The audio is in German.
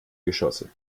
geschosse